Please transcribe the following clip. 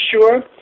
sure